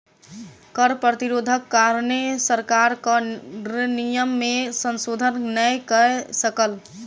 कर प्रतिरोधक कारणेँ सरकार कर नियम में संशोधन नै कय सकल